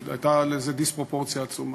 הייתה בזה דיספרופורציה עצומה.